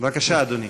בבקשה, אדוני.